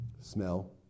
Smell